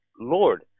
Lord